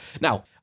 Now